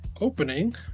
opening